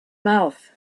mouth